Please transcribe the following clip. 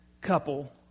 couple